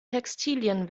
textilien